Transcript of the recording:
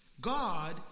God